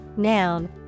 Noun